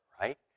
right